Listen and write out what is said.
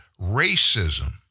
racism